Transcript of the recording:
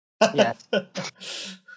Yes